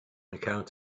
account